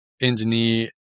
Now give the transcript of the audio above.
engineer